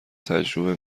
تجربه